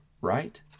Right